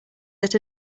that